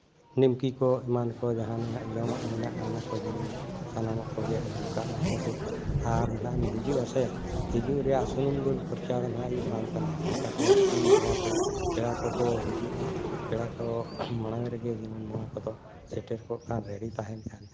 ᱱᱤᱢᱠᱤ ᱠᱚ ᱮᱢᱟᱱ ᱠᱚ ᱡᱟᱦᱟᱱ ᱜᱮ ᱦᱟᱸᱜ ᱡᱚᱢᱟᱜ ᱢᱮᱱᱟᱜᱼᱟ ᱚᱱᱟ ᱠᱚ ᱡᱮᱢᱚᱱ ᱥᱟᱱᱟᱢᱟᱜ ᱠᱚ ᱟᱹᱜᱩ ᱠᱟᱜ ᱢᱮ ᱦᱮᱸ ᱥᱮ ᱟᱨ ᱱᱟᱦᱟᱸᱜ ᱮᱢ ᱦᱤᱡᱩᱜ ᱟᱥᱮ ᱦᱤᱡᱩᱜ ᱨᱮᱭᱟᱜ ᱥᱩᱱᱩᱢ ᱫᱩᱞ ᱠᱷᱚᱨᱪᱟ ᱫᱚ ᱦᱟᱸᱜ ᱤᱧ ᱮᱢᱟᱢ ᱠᱟᱱᱟ ᱪᱤᱠᱟᱛᱮ ᱛᱤᱠᱤᱱ ᱵᱮᱲᱟ ᱛᱮ ᱯᱮᱲᱟ ᱠᱚᱠᱚ ᱦᱤᱡᱩᱜᱼᱟ ᱯᱮᱲᱟ ᱠᱚ ᱢᱟᱲᱟᱝ ᱨᱮᱜᱮ ᱡᱮᱢᱚᱱ ᱱᱚᱣᱟ ᱠᱚᱫᱚ ᱥᱮᱴᱮᱨᱠᱚᱜ ᱠᱷᱟᱱ ᱨᱮᱰᱤ ᱛᱟᱦᱮᱱ ᱠᱷᱟᱱ